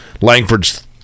Langford's